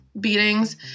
beatings